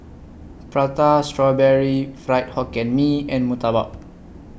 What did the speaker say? Prata Strawberry Fried Hokkien Mee and Murtabak